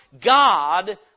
God